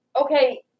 Okay